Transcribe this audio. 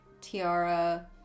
Tiara